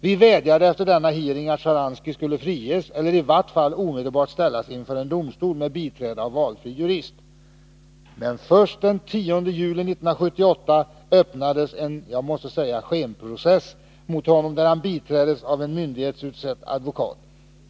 Vi vädjade efter denna hearing att Shceharansky skulle friges eller i vart fall omedelbart ställas inför en domstol med biträde av valfri jurist. Men först den 10 juli 1978 öppnades en — som jag vill kalla det — skenprocess mot honom, där han biträddes av en myndighetsutsedd advokat.